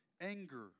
Anger